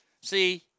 See